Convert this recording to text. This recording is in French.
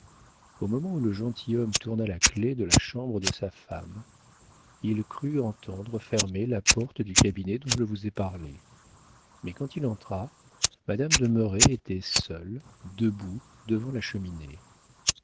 au moment où le gentilhomme tourne la clef de la chambre de sa femme il crut entendre fermer la porte du cabinet dont je vous ai parlé mais quand il entra madame de merret était seule debout devant la cheminée